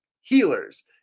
healers